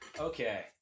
Okay